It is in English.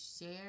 share